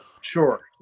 sure